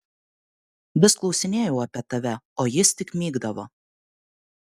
vis klausinėjau apie tave o jis tik mykdavo